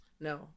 No